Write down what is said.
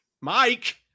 Mike